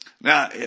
Now